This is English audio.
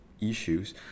issues